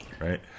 right